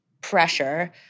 pressure